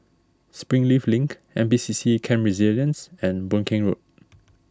Springleaf Link N P C C Camp Resilience and Boon Keng Road